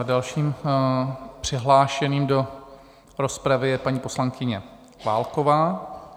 Dalším přihlášeným do rozpravy je paní poslankyně Válková.